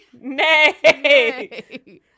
Nay